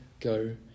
go